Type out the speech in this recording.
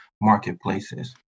marketplaces